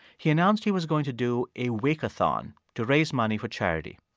he announced he was going to do a wake-a-thon to raise money for charity.